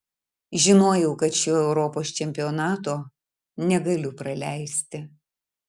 žinojau kad šio europos čempionato negaliu praleisti